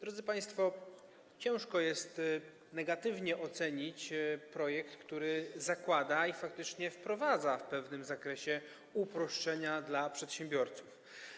Drodzy państwo, ciężko jest negatywnie ocenić projekt, który zakłada i faktycznie wprowadza w pewnym zakresie uproszczenia dla przedsiębiorców.